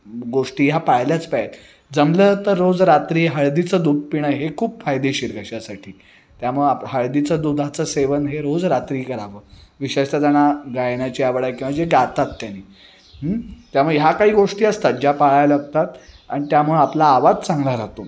गोष्टी ह्या पाळल्याच पाहिजेत जमलं तर रोज रात्री हळदीचं दूध पिणं हे खूप फायदेशीर घशासाठी त्यामुळं आप हळदीचं दुधाचं सेवन हे रोज रात्री करावं विशेषत ज्यांना गायनाची आवड आहे किंवा जे गातात त्यानी त्यामुळे ह्या काही गोष्टी असतात ज्या पाळायला लागतात आणि त्यामुळं आपला आवाज चांगला राहतो